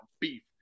beef